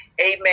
amen